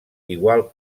igual